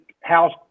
house